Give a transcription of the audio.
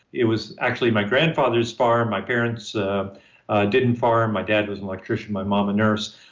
it was actually my grandfather's farm. my parents didn't farm, my dad was an electrician, my mom a nurse,